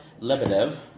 Lebedev